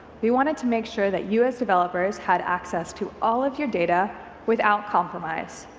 we wanted to make sure that you as developers had access to all of your data without compromise,